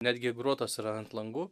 netgi grotos yra ant langų